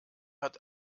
hat